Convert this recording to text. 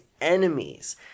enemies